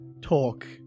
talk